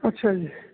ਅੱਛਾ ਜੀ